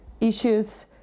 issues